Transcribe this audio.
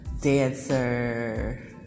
dancer